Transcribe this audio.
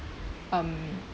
um